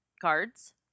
cards